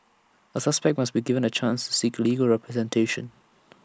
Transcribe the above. A suspect must be given A chance seek legal representation